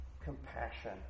compassion